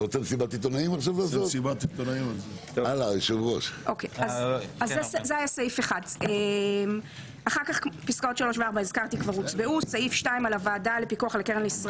הצעתנו הייתה גם כי בעבר שינויים